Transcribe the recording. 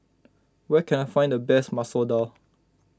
where can I find the best Masoor Dal